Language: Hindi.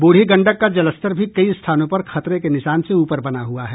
बूढ़ी गंडक का जलस्तर भी कई स्थानों पर खतरे के निशान से ऊपर बना हुआ है